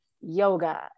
yoga